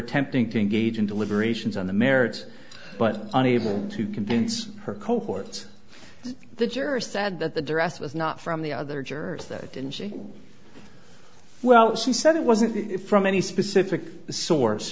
attempting to engage in deliberations on the merits but unable to convince her cohorts the juror said that the duress was not from the other jurors that didn't she well she said it wasn't from any specific source